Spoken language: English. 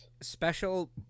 special